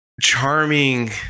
charming